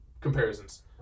comparisons